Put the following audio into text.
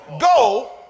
go